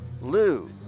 Lou